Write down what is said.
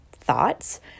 thoughts